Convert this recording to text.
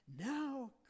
now